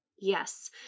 Yes